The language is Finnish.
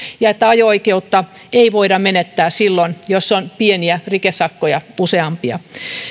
ja että ajo oikeutta ei voida menettää silloin jos on pieniä rikesakkoja useampia